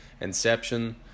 Inception